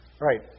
Right